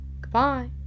Goodbye